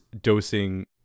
dosing